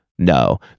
No